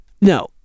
No